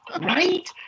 Right